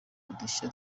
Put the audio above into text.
udushya